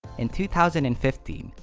in two thousand and fifteen,